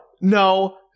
no